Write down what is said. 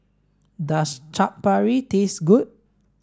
does Chaat Papri taste good